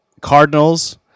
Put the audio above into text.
Cardinals